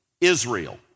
Israel